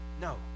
No